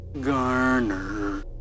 Garner